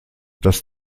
das